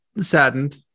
Saddened